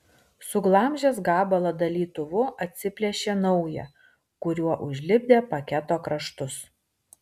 suglamžęs gabalą dalytuvu atsiplėšė naują kuriuo užlipdė paketo kraštus